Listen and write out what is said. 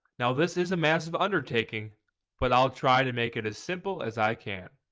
now this is a massive undertaking but i'll try to make it as simple as i can.